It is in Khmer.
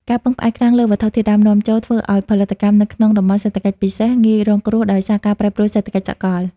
ការពឹងផ្អែកខ្លាំងលើវត្ថុធាតុដើមនាំចូល ធ្វើឱ្យផលិតកម្មនៅក្នុង តំបន់សេដ្ឋកិច្ចពិសេស ងាយរងគ្រោះដោយសារការប្រែប្រួលសេដ្ឋកិច្ចសកល។